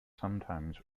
sometimes